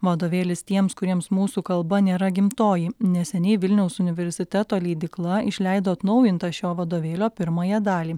vadovėlis tiems kuriems mūsų kalba nėra gimtoji neseniai vilniaus universiteto leidykla išleido atnaujintą šio vadovėlio pirmąją dalį